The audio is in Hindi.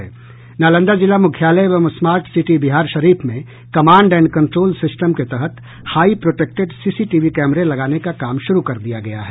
नालंदा जिला मूख्यालय एवं स्मार्ट सिटी बिहारशरीफ में कमांड एंड कंट्रोल सिस्टम के तहत हाई प्रोटैक्टेड सीसीटीवी कैमरे लगाने का काम शुरू कर दिया गया है